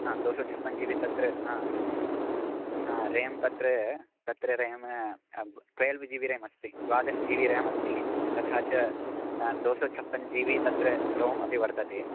ह दोसौछप्पञ्जीबि तत्र ह रेम् तत्र तत्र रेम् ट्वेल्व् जिबि रेम् अस्ति द्वादशजीबि रेम् अस्ति तथा च दोसचप्पञ्जीबि तत्र रोम् अपि वर्तते